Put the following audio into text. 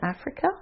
Africa